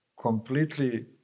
completely